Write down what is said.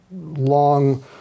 long